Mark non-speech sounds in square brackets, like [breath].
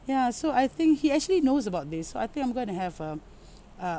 ya so I think he actually knows about this so I think I'm gonna have um [breath] a